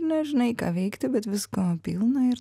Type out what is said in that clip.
nežinai ką veikti bet visko pilna ir